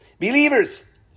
believers